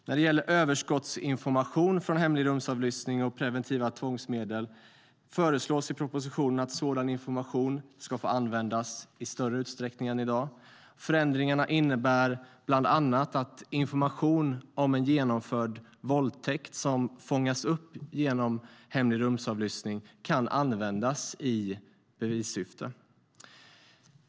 När det gäller överskottsinformation från hemlig rumsavlyssning och preventiva tvångsmedel föreslås i propositionen att sådan information ska få användas i större utsträckning än i dag. Förändringarna innebär bland annat att information om en genomförd våldtäkt som fångas upp genom hemlig rumsavlyssning kan användas i bevissyfte.